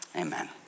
Amen